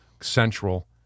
central